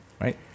right